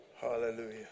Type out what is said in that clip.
Hallelujah